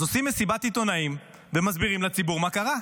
אז עושים מסיבת עיתונאים ומסבירים לציבור מה קרה.